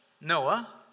Noah